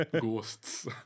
Ghosts